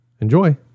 Enjoy